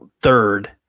third